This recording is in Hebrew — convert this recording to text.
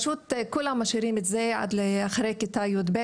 כולם משאירים את זה עד אחרי כיתה י"ב,